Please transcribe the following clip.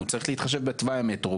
הוא צריך להתחשב בתוואי המטרו,